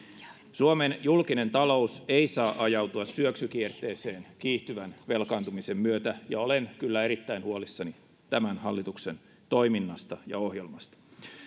suomen julkinen talous ei saa ajautua syöksykierteeseen kiihtyvän velkaantumisen myötä ja olen kyllä erittäin huolissani tämän hallituksen toiminnasta ja ohjelmasta